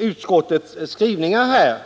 utskottets skrivningar.